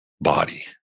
body